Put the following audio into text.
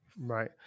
Right